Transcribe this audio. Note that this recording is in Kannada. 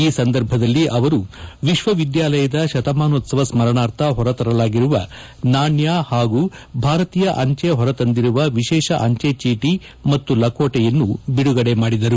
ಈ ಸಂದರ್ಭದಲ್ಲಿ ಅವರು ವಿಶ್ವವಿದ್ದಾಲಯದ ಶತಮಾನೋತ್ತವ ಸ್ರರಣಾರ್ಥ ಹೊರತರಲಾಗಿರುವ ನಾಣ್ಹ ಹಾಗೂ ಭಾರತೀಯ ಅಂಜಿ ಹೊರ ತಂದಿರುವ ವಿಶೇಷ ಅಂಜಿ ಚೀಟ ಹಾಗೂ ಲಕೋಟೆಯನ್ನು ಬಿಡುಗಡೆ ಮಾಡಿದರು